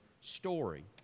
story